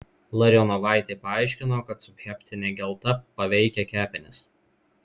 larionovaitė paaiškino kad subhepatinė gelta paveikia kepenis